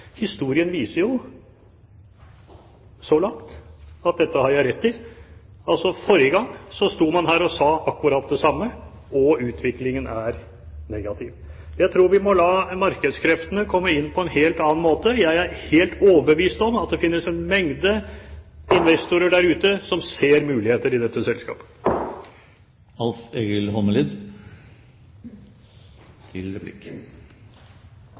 Historien viser jo så langt at dette har jeg rett i. Forrige gang sto man her og sa akkurat det samme, og utviklingen er negativ. Jeg tror vi må la markedskreftene komme inn på en helt annen måte. Jeg er helt overbevist om at det finnes en mengde investorer der ute som ser muligheter i dette selskapet.